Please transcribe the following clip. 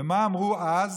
ומה אמרו אז?